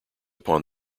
upon